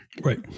right